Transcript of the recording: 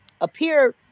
appear